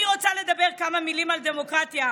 אני רוצה לומר כמה מילים על דמוקרטיה.